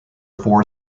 four